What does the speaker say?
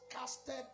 casted